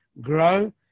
grow